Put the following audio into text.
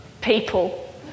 people